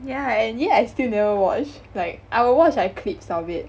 yeah and yet I still never watch like I will watch like clips of it